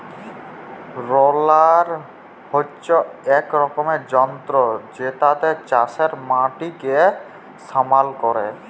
roller হচ্যে এক রকমের যন্ত্র জেতাতে চাষের মাটিকে সমাল ক্যরে